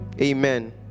Amen